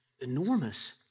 enormous